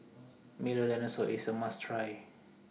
Milo Dinosaur IS A must Try